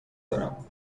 دارم